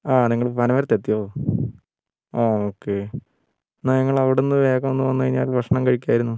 ആ നിങ്ങൾ പനപുരത്ത് എത്തിയോ ആ ഓക്കെ എന്നാൽ നിങ്ങൾ അവിടെ നിന്ന് വേഗം ഒന്ന് വന്നു കഴിഞ്ഞാൽ ഭക്ഷണം കഴിക്കായിരുന്നു